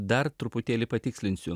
dar truputėlį patikslinsiu